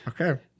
Okay